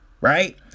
right